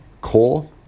core